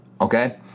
okay